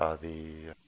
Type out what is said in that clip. ah the